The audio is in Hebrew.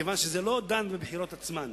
מכיוון שזה לא דן בבחירות עצמן,